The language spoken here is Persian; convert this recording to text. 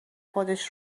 خودش